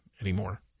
anymore